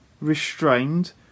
restrained